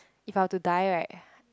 if I were to die right